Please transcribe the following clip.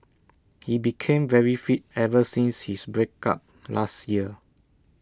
he became very fit ever since his break up last year